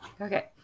Okay